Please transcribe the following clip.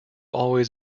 always